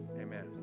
Amen